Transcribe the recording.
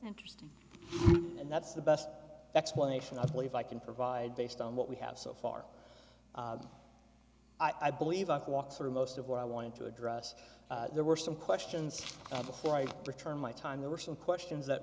interest and that's the best explanation i believe i can provide based on what we have so far i believe i've walked through most of what i wanted to address there were some questions before i returned my time there were some questions that